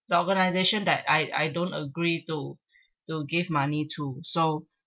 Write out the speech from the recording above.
the organisation that I I don't agree to to give money to so